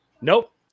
Nope